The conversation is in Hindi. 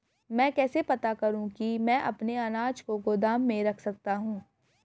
मैं कैसे पता करूँ कि मैं अपने अनाज को गोदाम में रख सकता हूँ?